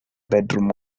bedroom